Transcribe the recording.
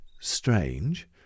strange